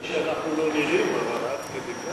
ידעתי שאנחנו לא נראים, אבל עד כדי כך?